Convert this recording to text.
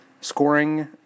scoring